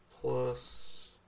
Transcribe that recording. plus